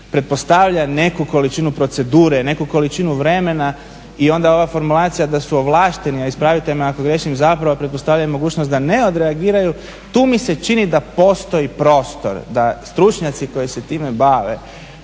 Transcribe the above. neku količinu procedure, neku količinu vremena i onda ova formulacija da su ovlašteni, a ispravite me ako griješim zapravo pretpostavljali mogućnost da ne odreagiraju tu mi se čini da postoji prostor, da stručnjaci koji se time bave